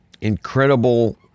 incredible